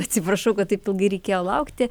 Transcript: atsiprašau kad taip ilgai reikėjo laukti